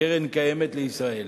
הקרן הקיימת לישראל.